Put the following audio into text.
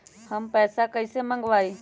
हम पैसा कईसे मंगवाई?